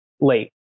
late